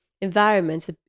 Environments